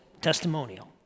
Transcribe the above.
testimonial